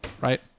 right